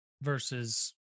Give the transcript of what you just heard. versus